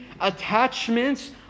attachments